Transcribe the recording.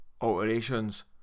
alterations